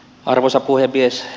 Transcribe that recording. arvoisa puhemies